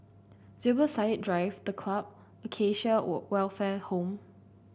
Zubir Said Drive The Club Acacia Welfare Home